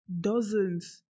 dozens